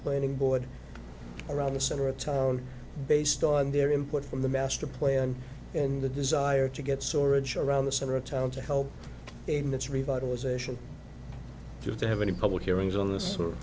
planning board around the center of town based on their input from the master plan and the desire to get storage around the center of town to help in this revitalization just to have any public hearings on this or